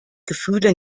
gefühle